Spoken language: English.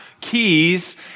keys